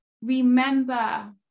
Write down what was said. remember